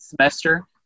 semester